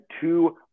two